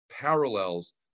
parallels